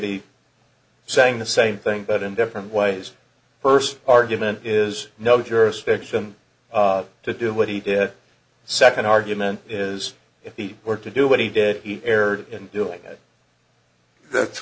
be saying the same thing but in different ways first argument is no jurisdiction of to do what he did a second argument is if he were to do what he did he erred in doing it that's